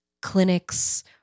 clinics